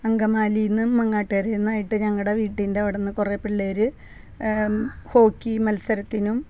അങ്കമാലീന്നും മങ്ങാട്ടുകരേന്നുവായിട്ട് ഞങ്ങളുടെ വീട്ടിന്റെ അവിടുന്ന് കുറെ പിള്ളേർ ഹോക്കി മത്സരത്തിനും